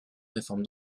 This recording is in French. réforme